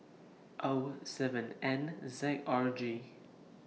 O seven N Z R G